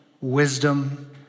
wisdom